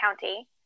county